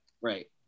Right